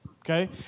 Okay